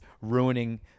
ruining